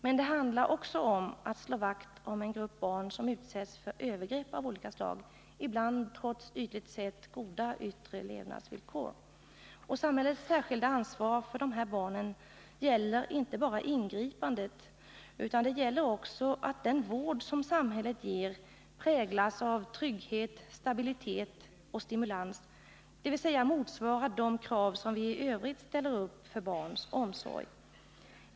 Men det handlar också om att slå vakt om en grupp barn som utsätts för övergrepp av olika slag, ibland trots ytligt sett goda levnadsvillkor. Samhällets särskilda ansvar för dessa barn gäller inte bara ingripanden, utan det gäller också att den vård som samhället ger präglas av trygghet, stabilitet och stimulans, dvs. motsvarar de krav som vi i övrigt ställer upp för barns omsorg.